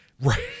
Right